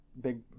big